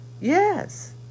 Yes